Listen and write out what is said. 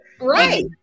right